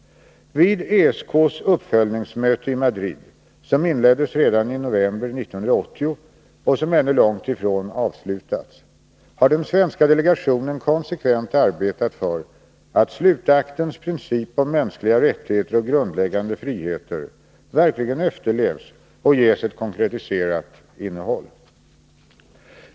Vid ESK:s uppföljningsmöte i Madrid, som inleddes redan i november 1980 och som ännu långt ifrån avslutats, har den svenska delegationen konsekvent arbetat för att slutaktens princip om mänskliga rättigheter och grundläggande friheter verkligen efterlevs och ges ett konkretiserat innehåll.